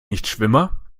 nichtschwimmer